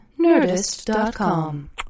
Nerdist.com